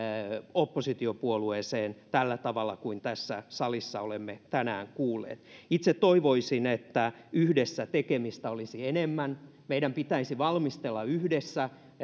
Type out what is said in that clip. oppositiopuolueeseen tällä tavalla kuin tässä salissa olemme tänään kuulleet itse toivoisin että yhdessä tekemistä olisi enemmän meidän pitäisi valmistella yhdessä